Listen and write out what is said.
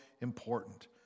important